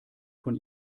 von